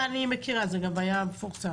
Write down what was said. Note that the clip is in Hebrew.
אני מכירה, זה גם היה מפורסם.